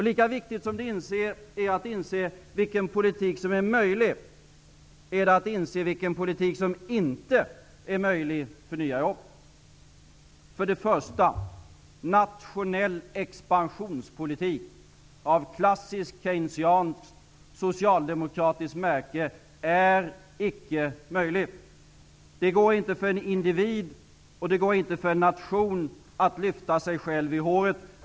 Lika viktigt som det är att inse vilken politik som är möjlig är det att inse vilken politik som inte är möjlig för att skapa nya jobb. För det första: Nationell expansionspolitik av klassiskt keynesianskt socialdemokratiskt märke är icke möjlig. Det går inte för en individ och inte för en nation att lyfta sig själv i håret.